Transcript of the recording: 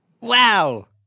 Wow